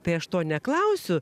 tai aš to neklausiu